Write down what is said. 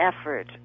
effort